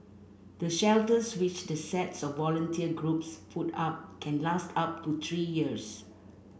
the shelters which the sets of volunteer groups put up can last up to three years